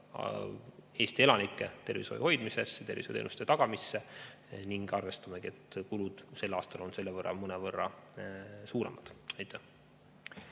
Eesti elanike tervishoiu hoidmisesse, tervishoiuteenuste tagamisse, ning arvestamegi, et kulud sel aastal on seetõttu mõnevõrra suuremad. Aitäh!